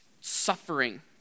suffering